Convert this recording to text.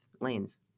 lanes